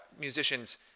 musicians